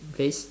place